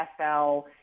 NFL